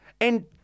And-